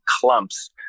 clumps